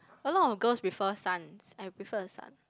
a lot of girls prefer sons I prefer a son